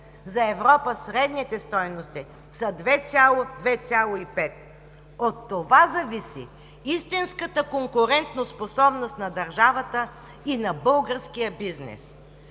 За Европа средните стойности са 2,0 – 2,5. От това зависи истинската конкурентоспособност на държавата и на българския бизнес.